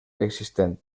existent